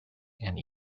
and